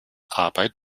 arbeit